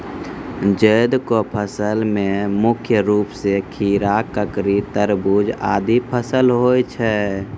जैद क फसल मे मुख्य रूप सें खीरा, ककड़ी, तरबूज आदि फसल होय छै